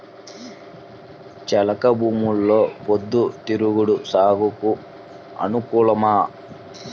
చెలక భూమిలో పొద్దు తిరుగుడు సాగుకు అనుకూలమా?